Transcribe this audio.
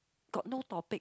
got no topic